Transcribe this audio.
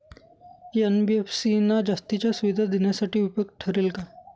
NBFC ना जास्तीच्या सुविधा देण्यासाठी उपयुक्त ठरेल का?